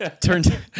turned